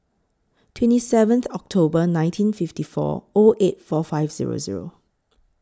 twenty seventh October nineteen fifty four O eight four five Zero Zero